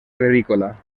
agrícola